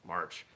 March